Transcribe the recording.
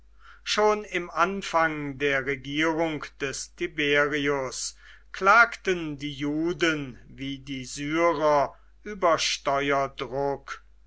schon im anfang der regierung des tiberius klagten die juden wie die syrer über steuerdruck